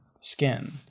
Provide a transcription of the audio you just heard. skin